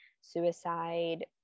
suicide